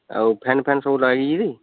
ଆଉ fan fan ସବୁ ଲାଗିଛି